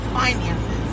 finances